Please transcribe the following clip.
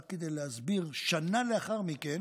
רק כדי להסביר, שנה לאחר מכן